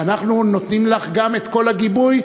ואנחנו נותנים לך גם את כל הגיבוי,